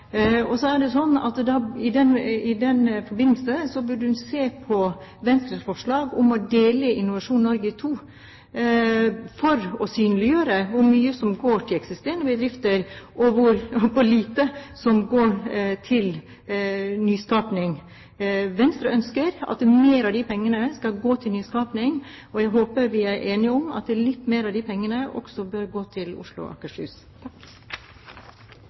I den forbindelse burde hun se på Venstres forslag om å dele Innovasjon Norge i to, for å synliggjøre hvor mye som går til eksisterende bedrifter, og hvor lite som går til nyskaping. Venstre ønsker at mer av de pengene skal gå til nyskaping. Jeg håper at vi kan være enige om at litt mer av de pengene bør gå til Oslo og Akershus.